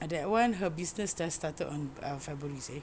ah that one her business just started on February seh